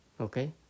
Okay